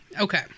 Okay